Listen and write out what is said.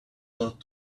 lot